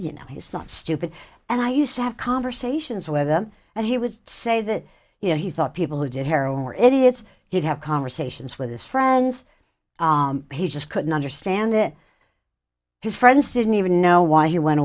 you know he's not stupid and i used to have conversations with him and he would say that you know he thought people who did heroin or idiots he'd have conversations with his friends he just couldn't understand it his friends didn't even know why he went